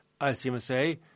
ICMSA